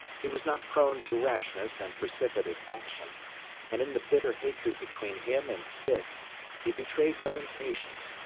he was not prone to rashness and precipitate action and in the bitter hatred between him and spitz he betrayed no impatience,